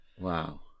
wow